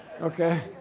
Okay